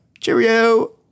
Cheerio